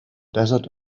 desert